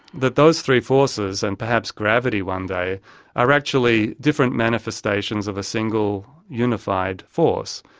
that those three forces and perhaps gravity one day are actually different manifestations of a single unified force.